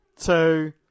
two